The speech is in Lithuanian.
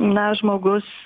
na žmogus